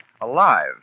alive